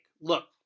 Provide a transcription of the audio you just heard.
Look